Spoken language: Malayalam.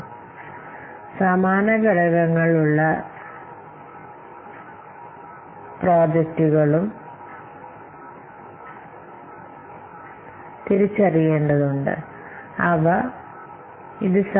പ്രോജക്റ്റുകൾ തമ്മിലുള്ള തനിപ്പകർപ്പ് നീക്കംചെയ്യൽ അതിനാൽ നിങ്ങൾക്ക് സമാനമായ പ്രോജക്റ്റുകൾ ഉണ്ടെങ്കിൽ പ്രവർത്തിക്കുന്ന സമാന പ്രോജക്റ്റുകളും ചില ഘടകങ്ങളും അനാവശ്യമാണെങ്കിൽ അവ തനിപ്പകർപ്പാണ്